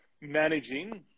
managing